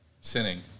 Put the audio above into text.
sinning